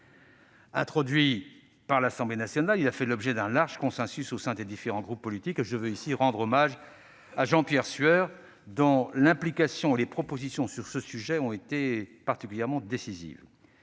introduit par l'Assemblée nationale. Il a fait l'objet d'un large consensus au sein des différents groupes politiques. Je veux ici rendre hommage à Jean-Pierre Sueur : son implication et les propositions qu'il a formulées sur ce sujet ont été décisives.